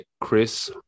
chris